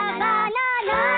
banana